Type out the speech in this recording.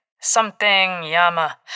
Something-yama